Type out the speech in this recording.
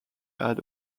had